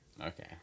Okay